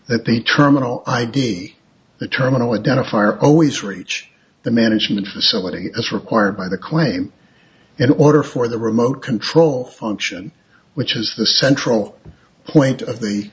that the terminal id the terminal identifier always reach the management facility as required by the claim in order for the remote control function which is the central point of